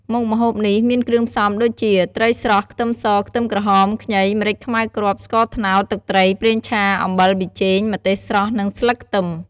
មុខម្ហូបនេះមានគ្រឿងផ្សំដូចជា ត្រីស្រស់ ខ្ទឹមស ខ្ទឹមក្រហម ខ្ញី ម្រេចខ្មៅគ្រាប់ ស្ករត្នោត ទឹកត្រី ប្រេងឆា អំបិល ប៊ីចេង ម្ទេសស្រស់ និងស្លឹកខ្ទឹម។